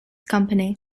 company